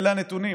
אלה הנתונים.